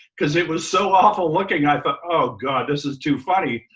cause it was so awful looking, i thought, oh god, this is too funny.